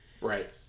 Right